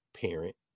parent